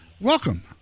Welcome